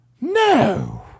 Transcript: No